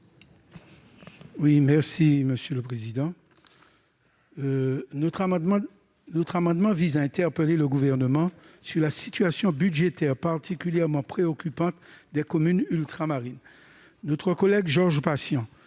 est à M. Maurice Antiste. Notre amendement vise à interpeller le Gouvernement sur la situation budgétaire particulièrement préoccupante des communes ultramarines. Notre collègue Georges Patient